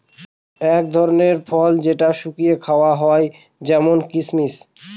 এক ধরনের ফল যেটা শুকিয়ে খাওয়া হয় যেমন কিসমিস